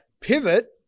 Pivot